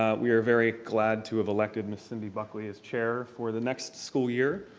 ah we are very glad to have elected ms. cindy buckley as chair for the next school year,